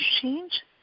change